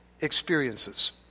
experiences